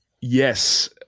Yes